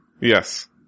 Yes